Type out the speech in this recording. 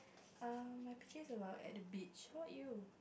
err my picture is about at the beach how about you